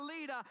leader